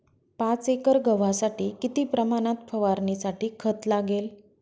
पाच एकर गव्हासाठी किती प्रमाणात फवारणीसाठी खत लागेल?